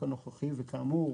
וכאמור